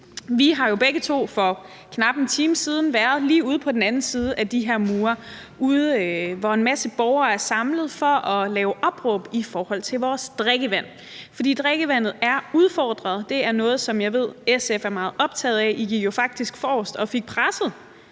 Vi har jo begge to for knap en time siden været lige herude på den anden side af de her mure, hvor en masse borgere er forsamlet for at lave et opråb i forhold til vores drikkevand. For drikkevandet er udfordret, og det er også noget, som jeg ved at SF er meget optaget af, og I gik jo faktisk forrest og fik presset